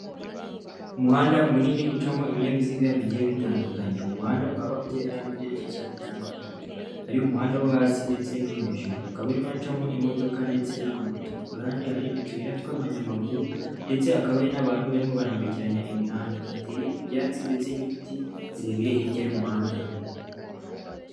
Umuhanda munini ucamo ibinyabiziga bigiye bitandukanye umuhanda ukaba ugendamo mu byerekezo bitandukanye ari umuhanda wo hasi ndetse no hejuru ukaba urimocamo imodoka ndetse n'amamoto kuruhande hari utuyira tw'abanyamaguru ndetse hakaba hari n'abantu barimo barambukiranya imihanda hateye ibyatsi ndetse n'ibiti birebire hirya y'umuhanda.